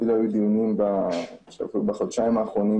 היו אפילו דיונים בחודשיים האחרונים